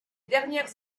dernières